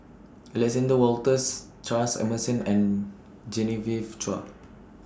Alexander Wolters Charles Emmerson and Genevieve Chua